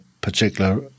particular